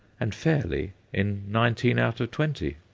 and fairly in nineteen out of twenty.